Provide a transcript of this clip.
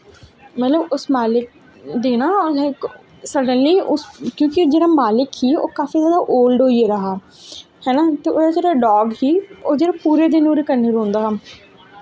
मतलव उस मालिक दी ना उनैं इक सडनली क्योंकि जेह्ड़ा मालिक हा काफी जादा ओलड होई गेदा हा हैना ते ओह् जेह्ड़ा डाग हा पूरा दिन ओह्दे कन्नै रौंह्दा हा